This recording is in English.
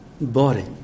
body